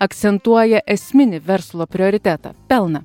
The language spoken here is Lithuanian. akcentuoja esminį verslo prioritetą pelną